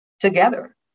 together